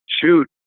shoot